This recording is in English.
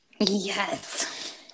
Yes